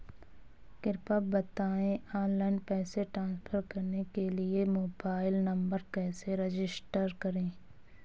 कृपया बताएं ऑनलाइन पैसे ट्रांसफर करने के लिए मोबाइल नंबर कैसे रजिस्टर करें?